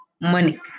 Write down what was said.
money